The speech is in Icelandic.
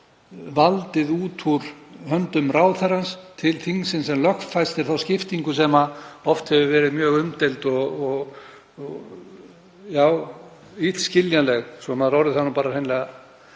sagt valdið úr höndum ráðherrans til þingsins sem lögfestir þá skiptingu sem oft hefur verið mjög umdeild og illskiljanleg, svo maður orði það nú bara hreinlega.